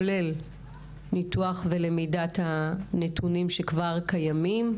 כולל ניתוח ולמידת הנתונים שכבר קיימים,